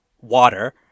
water